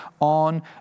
on